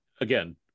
again